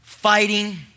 Fighting